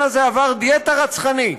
עבר דיאטה רצחנית,